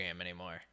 anymore